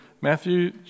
Matthew